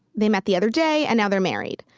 they met the other day and now they're married.